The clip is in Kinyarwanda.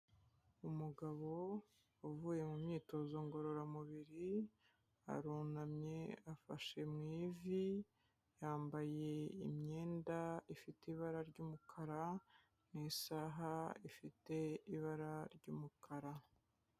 Umugabo uvuye mu myitozo ngororamubiri, arunamye afashe mu ivi, yambaye imyenda ifite ibara ry'umukara n'isaha ifite ibara ry'umukara.